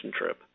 trip